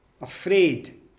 afraid